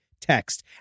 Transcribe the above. text